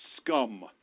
scum